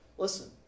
Listen